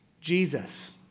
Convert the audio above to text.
Jesus